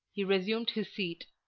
he resumed his seat.